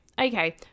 okay